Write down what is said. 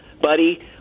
buddy